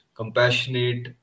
compassionate